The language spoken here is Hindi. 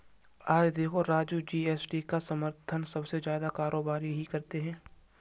आज देखो राजू जी.एस.टी का समर्थन सबसे ज्यादा कारोबारी ही करते हैं